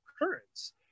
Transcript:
occurrence